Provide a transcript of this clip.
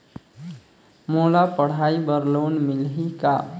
मोला पढ़ाई बर लोन मिलही का?